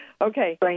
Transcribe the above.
Okay